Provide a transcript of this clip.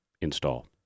install